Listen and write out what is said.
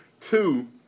Two